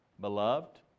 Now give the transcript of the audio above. beloved